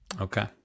okay